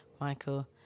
Michael